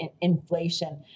inflation